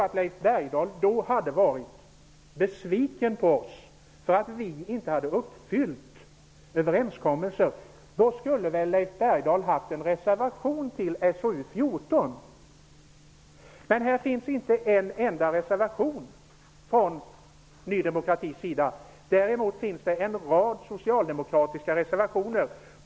Om Leif Bergdahl då hade varit besviken på oss för att vi inte hade uppfyllt överenskommelsen borde han väl ha haft en reservation till SoU14, men där finns inte en enda reservation från Ny demokrati. Däremot finns det en rad socialdemokratiska reservationer.